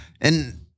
and-